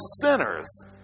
sinners